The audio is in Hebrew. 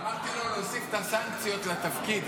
אמרתי לו להוסיף את הסנקציות לתפקיד,